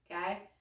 Okay